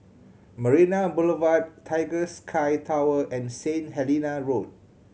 Marina Boulevard Tiger Sky Tower and Saint Helena Road